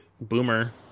boomer